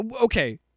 Okay